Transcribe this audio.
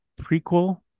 prequel